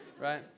Right